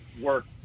work